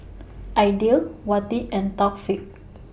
Aidil Wati and Taufik